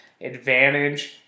advantage